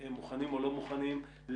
נכון?